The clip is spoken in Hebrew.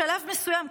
בשלב מסוים,